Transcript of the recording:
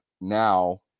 now